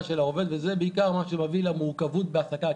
של העובד וזה בעיקר מה שמביא למורכבות בהעסקה,